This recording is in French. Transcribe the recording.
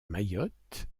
mayotte